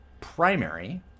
primary